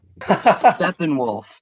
Steppenwolf